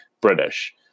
British